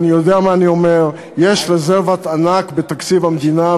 ואני יודע מה אני אומר: יש רזרבת ענק בתקציב המדינה,